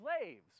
slaves